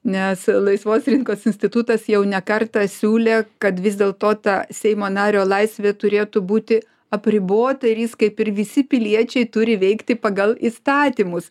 nes laisvos rinkos institutas jau ne kartą siūlė kad vis dėlto ta seimo nario laisvė turėtų būti apribota ir jis kaip ir visi piliečiai turi veikti pagal įstatymus